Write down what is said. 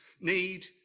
need